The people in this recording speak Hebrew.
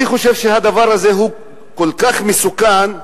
אני חושב שהדבר הזה כל כך מסוכן,